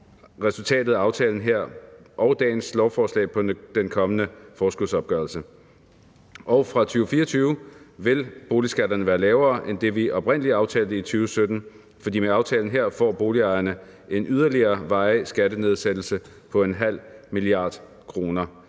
resultatet af aftalen her og dagens lovforslag på den kommende forskudsopgørelse. Og fra 2024 vil boligskatterne være lavere end det, vi oprindelig aftalte i 2017, for med aftalen her får boligejerne en yderligere varig skattenedsættelse på 0,5 mia. kr.,